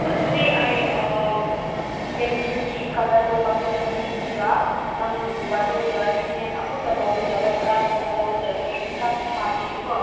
ꯑꯗꯨꯗꯤ ꯑꯩ ꯄꯦꯟꯇꯤꯡꯒꯤ ꯀꯂꯔꯗꯣ ꯕꯛꯀꯦꯠ ꯃꯔꯤꯗꯨꯒ ꯅꯪꯕꯨ ꯕꯥꯂꯨꯒ ꯁꯤꯃꯦꯟ ꯑꯃꯨꯛꯀ ꯂꯧꯒꯗꯕ ꯕ꯭ꯔꯥꯁ ꯀꯨꯝꯕ ꯂꯧꯒꯗꯕꯒꯤ ꯄꯩꯁꯥꯗꯨ ꯊꯥꯕꯤꯒꯦꯀꯣ